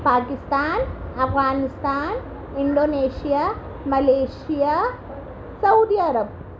Pakistan Afghanistan Indonesia Malaysia سعودی عرب